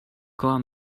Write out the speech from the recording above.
call